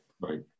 Right